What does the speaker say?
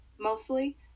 mostly